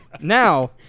Now